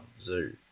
Zoo